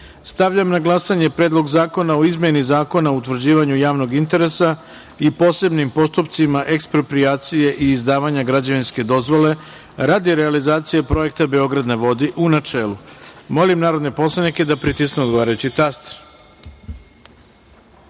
celini. Stavljam na glasanje Predlog zakona o izmeni Zakona o utvrđivanju javnog interesa i posebnim postupcima eksproprijacije i izdavanja građevinske dozvole radi realizacije projekta „Beograd na vodi“, u celini. Molim narodne poslanike da pritisnu odgovarajući